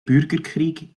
bürgerkrieg